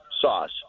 sauce